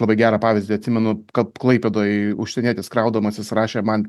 labai gerą pavyzdį atsimenu kad klaipėdoj užsienietis kraudamasis rašė man